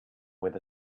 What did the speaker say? with